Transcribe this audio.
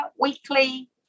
weekly